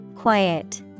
Quiet